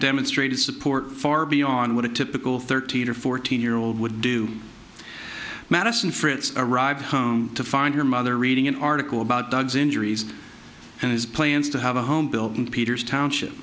demonstrated support far beyond what a typical thirteen or fourteen year old would do madison fritz arrived home to find her mother reading an article about drugs injuries and his plans to have a home built in peter's township